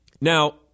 Now